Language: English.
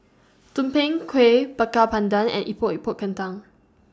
Tumpeng Kueh Bakar Pandan and Epok Epok Kentang